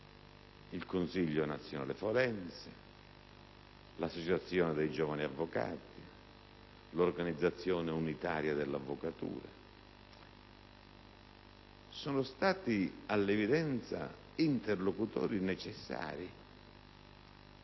il Consiglio nazionale forense, l'Associazione italiana dei giovani avvocati e l'Organismo unitario dell'avvocatura italiana sono stati all'evidenza interlocutori necessari